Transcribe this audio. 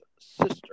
sister